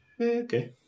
Okay